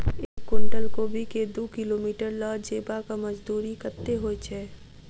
एक कुनटल कोबी केँ दु किलोमीटर लऽ जेबाक मजदूरी कत्ते होइ छै?